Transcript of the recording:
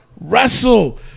wrestle